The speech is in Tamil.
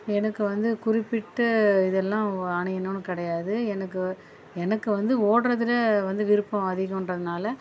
எனக்கு வந்து குறிப்பிட்ட இதெல்லாம் அணியணும்னு கிடையாது எனக்கு எனக்கு வந்து ஓடுறதுல வந்து விருப்பம் அதிகன்றதுனால